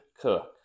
Cook